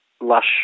lush